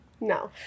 No